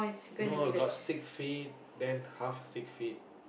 no got six feet then half six feet